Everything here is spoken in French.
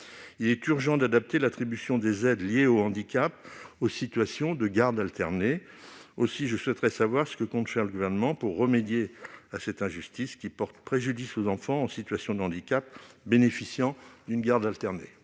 Il est urgent d'adapter l'attribution des aides liées au handicap aux situations de garde alternée. Aussi, je souhaiterais savoir ce que le Gouvernement compte faire pour remédier à cette injustice, qui porte préjudice aux enfants en situation de handicap bénéficiant d'une garde alternée.